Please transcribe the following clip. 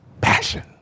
Passion